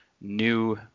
new